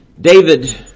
David